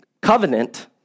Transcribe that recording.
covenant